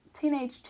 teenage